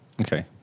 Okay